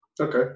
Okay